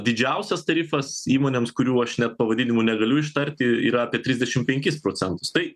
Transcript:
didžiausias tarifas įmonėms kurių aš net pavadinimų negaliu ištarti yra apie trisdešim penkis procentus tai